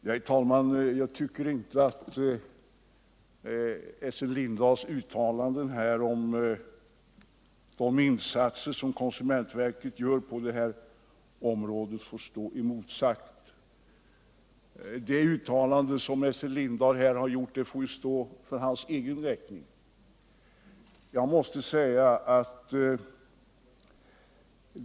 Herr talman! Jag tycker inte att Essen Lindahls uttalanden om de insatser som konsumentverket gör på detta område skall få stå oemotsagda.